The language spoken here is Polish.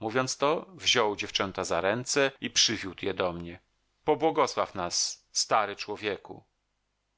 mówiąc to wziął dziewczęta za ręce i przywiódł je do mnie pobłogosław nas stary człowieku